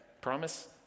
Promise